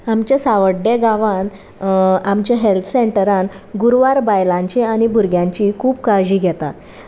आमच्या सावड्ड्या गांवांत आमच्या हेल्थ सेंटरान गुरवार बायलांची आनी भुरग्यांची खूब काळजी घेतात